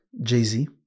Jay-Z